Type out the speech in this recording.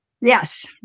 Yes